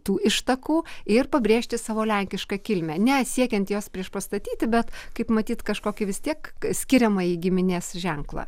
tų ištakų ir pabrėžti savo lenkišką kilmę nesiekiant jos priešpastatyti bet kaip matyt kažkokį vis tiek skiriamąjį giminės ženklą